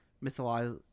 mythology